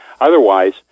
Otherwise